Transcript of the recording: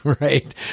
right